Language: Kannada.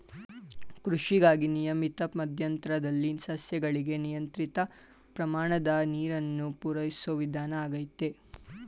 ಕೃಷಿಗಾಗಿ ನಿಯಮಿತ ಮಧ್ಯಂತರದಲ್ಲಿ ಸಸ್ಯಗಳಿಗೆ ನಿಯಂತ್ರಿತ ಪ್ರಮಾಣದ ನೀರನ್ನು ಪೂರೈಸೋ ವಿಧಾನ ಆಗೈತೆ